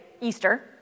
Easter